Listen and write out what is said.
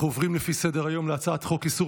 אנחנו עוברים לפי סדר-היום להצעת חוק איסור